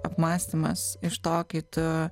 apmąstymas iš to kai tu